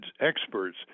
experts